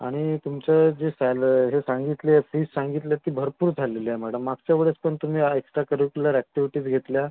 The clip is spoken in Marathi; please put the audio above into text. आणि तुमचं जे सॅल हे सांगितलीये फीज सांगितली आहे ती भरपूर झालेली आहे मॅडम मागच्या वेळेस पण तुम्ही एक्स्ट्रा करिक्युलर ॲक्टिव्हिटीज् घेतल्या